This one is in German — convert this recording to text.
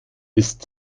ist